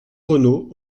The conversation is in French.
renaud